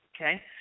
okay